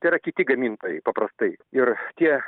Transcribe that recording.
tai yra kiti gamintojai paprastai ir tie